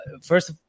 first